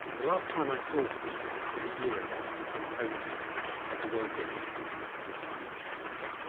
the last time i saw stephen was a year ago in copenhagen at the world business summit on climate change.